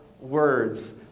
words